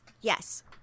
yes